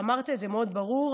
אמרת את זה מאוד ברור,